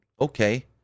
okay